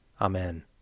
Amen